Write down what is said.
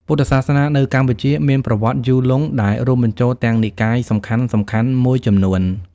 ពុទ្ធសាសនានៅកម្ពុជាមានប្រវត្តិយូរលង់ ដែលរួមបញ្ចូលទាំងនិកាយសំខាន់ៗមួយចំនួន។